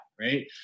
right